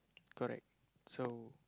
correct so